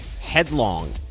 headlong